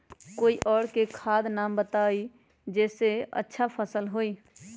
और कोइ खाद के नाम बताई जेसे अच्छा फसल होई?